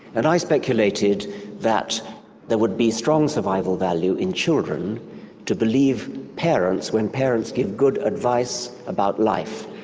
and i speculated that there would be strong survival value in children to believe parents when parents give good advice about life,